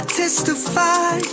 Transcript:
testify